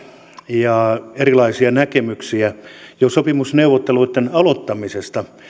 ja on ollut erilaisia näkemyksiä jo sopimusneuvotteluitten aloittamisesta